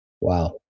Wow